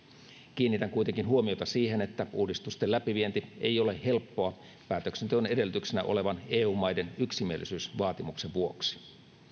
kiinnitän kuitenkin huomiota siihen että uudistusten läpivienti ei ole helppoa päätöksenteon edellytyksenä olevan eu maiden yksimielisyysvaatimuksen vuoksi